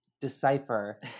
decipher